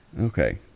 Okay